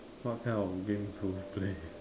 what kind of games do you play